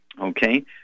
Okay